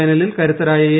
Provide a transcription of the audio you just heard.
ഫൈനലിൽ കരുത്തരായ എ